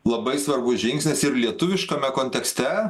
labai svarbus žingsnis ir lietuviškame kontekste